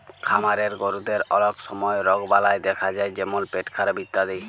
খামারের গরুদের অলক সময় রগবালাই দ্যাখা যায় যেমল পেটখারাপ ইত্যাদি